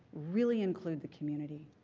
really include the community.